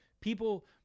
people